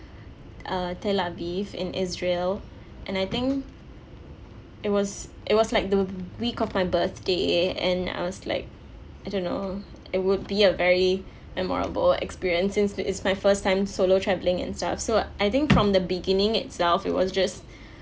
uh tel aviv in israel and I think it was it was like the week of my birthday and I was like I don't know it would be a very memorable experience since it's my first time solo traveling and stuff so I think from the beginning itself it was just